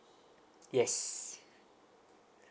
yes